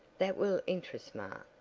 that will interest ma.